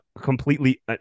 completely